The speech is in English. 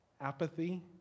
apathy